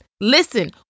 Listen